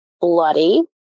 bloody